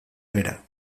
bera